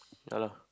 ya lah